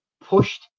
pushed